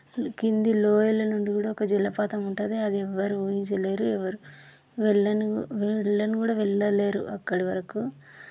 కింది లోయలనుండి కూడా ఒక జలపాతముంటుంది అది ఎవ్వరు ఊహించలేరు ఎవ్వరు వెళ్ళను వెళ్ళను కూడా వెళ్ళలేరు అక్కడ వరకు